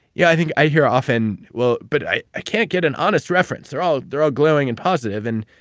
yeah i think, i hear often, well, but i i can't get an honest reference. they're all they're all glowing and positive and,